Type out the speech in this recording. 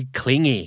clingy